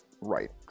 Right